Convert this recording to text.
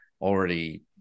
already